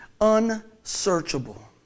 Unsearchable